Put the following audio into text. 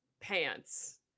pants